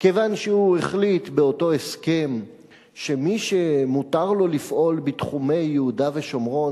כיוון שהוא החליט באותו הסכם שמי שמותר לו לפעול בתחומי יהודה ושומרון,